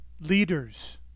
Leaders